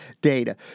data